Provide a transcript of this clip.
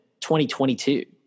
2022